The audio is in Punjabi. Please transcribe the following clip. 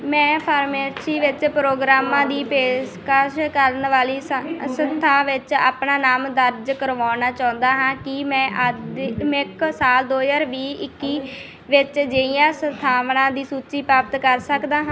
ਮੈਂ ਫਾਰਮੇਸੀ ਵਿੱਚ ਪ੍ਰੋਗਰਾਮਾਂ ਦੀ ਪੇਸ਼ਕਸ਼ ਕਰਨ ਵਾਲੀ ਸੰਸਥਾ ਵਿੱਚ ਆਪਣਾ ਨਾਮ ਦਰਜ ਕਰਵਾਉਣਾ ਚਾਹੁੰਦਾ ਹਾਂ ਕੀ ਮੈਂ ਆਦਮਿਕ ਸਾਲ ਦੋ ਹਜ਼ਾਰ ਵੀਹ ਇੱਕੀ ਵਿੱਚ ਅਜਿਹੀਆਂ ਸੰਸਥਾਵਾਂ ਦੀ ਸੂਚੀ ਪ੍ਰਾਪਤ ਕਰ ਸਕਦਾ ਹਾਂ